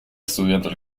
estudiando